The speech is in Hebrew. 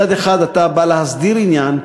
מצד אחד אתה בא להסדיר עניין,